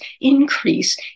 increase